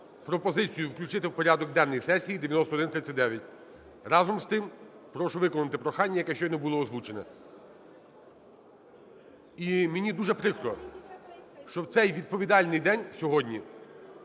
пропозицію включити в порядок денний сесії 9139. Разом з тим прошу виконати прохання, яке щойно було озвучене. І мені дуже прикро, що в цей відповідальний день сьогодні